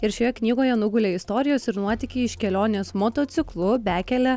ir šioje knygoje nugulė istorijos ir nuotykiai iš kelionės motociklu bekele